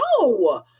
no